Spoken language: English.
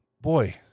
boy